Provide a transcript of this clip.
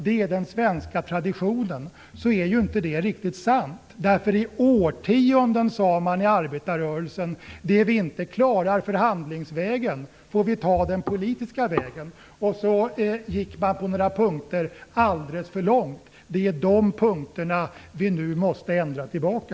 Det är den svenska traditionen. Men det är inte riktigt sant. I årtionden sade man i arbetarrörelsen: Det vi inte klarar förhandlingsvägen får vi ta den politiska vägen. Så gick man på några punkter alldeles för långt. Det är på de punkterna vi nu måste ändra tillbaka.